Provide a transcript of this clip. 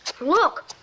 look